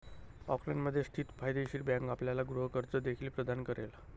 ऑकलंडमध्ये स्थित फायदेशीर बँक आपल्याला गृह कर्ज देखील प्रदान करेल